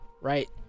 right